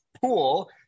pool